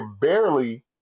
barely